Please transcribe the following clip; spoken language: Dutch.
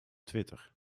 twitter